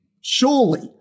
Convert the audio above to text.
Surely